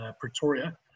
Pretoria